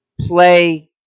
play